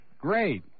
Great